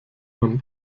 man